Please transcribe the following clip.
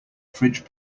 fridge